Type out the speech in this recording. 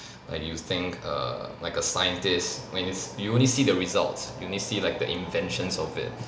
like you think err like a scientist when it's you only see the results you only see like the inventions of it